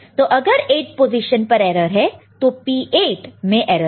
तो अगर 8th position पर एरर है तो P8 में एरर है